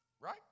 right